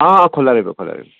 ହଁ ହଁ ଖୋଲା ରହିବ ଖୋଲା ରହିବ